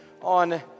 on